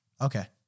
Okay